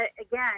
again